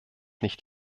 nicht